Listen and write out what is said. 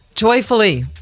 Joyfully